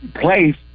place